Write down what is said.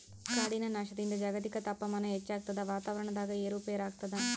ಕಾಡಿನ ನಾಶದಿಂದ ಜಾಗತಿಕ ತಾಪಮಾನ ಹೆಚ್ಚಾಗ್ತದ ವಾತಾವರಣದಾಗ ಏರು ಪೇರಾಗ್ತದ